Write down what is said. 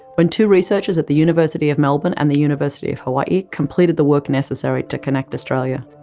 when two researchers at the university of melbourne and the university of hawaii completed the work necessary to connect australia.